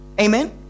Amen